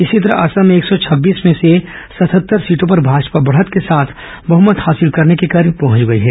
इसी तरह असम में एक सौ छब्बीस में से सतहतत्तर सीटों पर भाजपा बढत के साथ बहमत हासिल करने के करीब पहुंच गई है